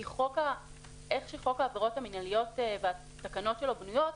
כי איך שחוק העבירות המנהליות והתקנות שלו בנויות,